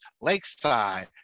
lakeside